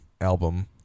album